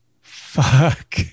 Fuck